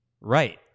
Right